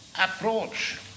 approach